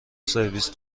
سرویس